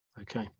okay